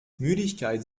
müdigkeit